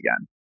again